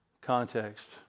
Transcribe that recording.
context